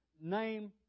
name